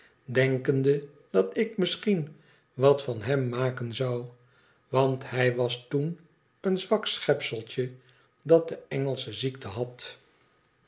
denkende dat ik misschien wat van hem maken zou want hij was toen een zwak schepseltje dat de engelsche ziekte had